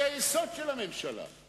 מטעמי ביטחון,